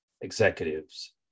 executives